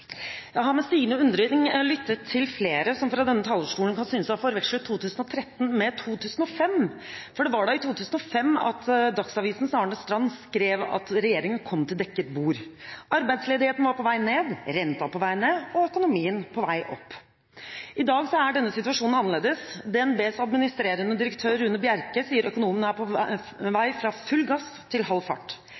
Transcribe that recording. Jeg har med stigende undring lyttet til flere som fra denne talerstol kan synes å ha forvekslet 2013 med 2005, for det var da i 2005 at Dagsavisens Arne Strand skrev at regjeringen kom til dekket bord. Arbeidsledigheten var på vei ned, renta på vei ned og økonomien på vei opp. I dag er denne situasjonen litt annerledes. DnBs administrerende direktør, Rune Bjerke, sier at økonomien er på vei fra full gass til halv fart.